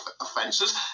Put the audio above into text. offences